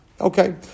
Okay